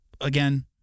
again